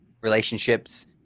relationships